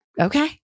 okay